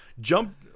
Jump